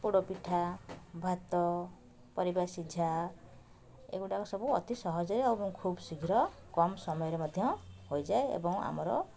ପୋଡ଼ପିଠା ଭାତ ପରିବା ସିଝା ଏଇଗୁଡ଼ାକ ସବୁ ଅତି ସହଜରେ ଏବଂ ଖୁବ୍ ଶୀଘ୍ର କମ୍ ସମୟରେ ମଧ୍ୟ ହୋଇଯାଏ ଏବଂ ଆମର